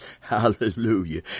Hallelujah